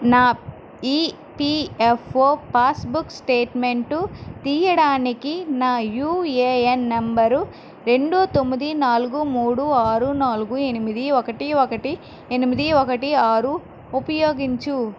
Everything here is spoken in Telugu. నా ఈపిఎఫ్ఓ పాస్బుక్ స్టేట్మెంట్ తీయడానికి నా యుఏఎన్ నంబరు రెండు తొమ్మిది నాలుగు మూడు ఆరు నాలుగు ఎనిమిది ఒకటి ఒకటి ఎనిమిది ఒకటి ఆరు ఉపయోగించు